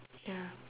ya